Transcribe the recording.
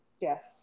Yes